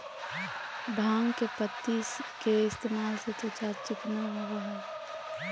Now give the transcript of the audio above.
भांग के पत्ति के इस्तेमाल से त्वचा चिकना होबय हइ